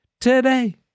today